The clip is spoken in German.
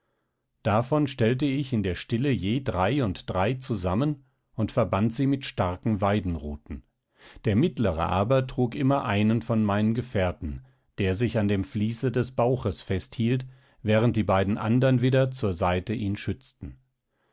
davon stellte ich in der stille je drei und drei zusammen und verband sie mit starken weidenruten der mittlere aber trug immer einen von meinen gefährten der sich an dem vließe des bauches festhielt während die beiden andern widder zur seite ihn schützten